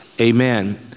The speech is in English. Amen